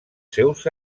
seus